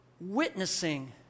witnessing